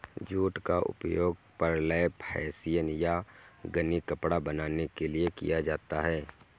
jute का उपयोग burlap hessian या गनी कपड़ा बनाने के लिए किया जाता है